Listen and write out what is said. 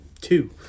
two